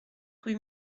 rue